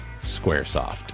Squaresoft